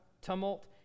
tumult